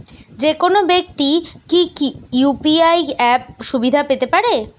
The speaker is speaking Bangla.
যেকোনো ব্যাক্তি কি ইউ.পি.আই অ্যাপ সুবিধা পেতে পারে?